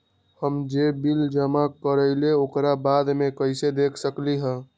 हम जे बिल जमा करईले ओकरा बाद में कैसे देख सकलि ह?